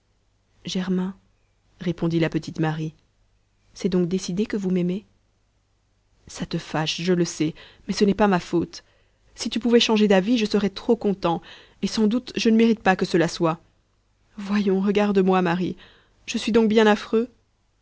germain répondit la petite marie c'est donc décidé que vous m'aimez ça te fâche je le sais mais ce n'est pas ma faute si tu pouvais changer d'avis je serais trop content et sans doute je ne mérite pas que cela soit voyons regarde-moi marie je suis donc bien affreux